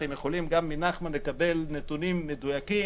אתם גם יכולים לקבל נתונים מדויקים.